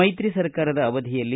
ಮೈತ್ರಿ ಸರ್ಕಾರದ ಅವಧಿಯಲ್ಲಿ